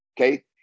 okay